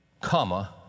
comma